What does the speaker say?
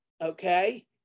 Okay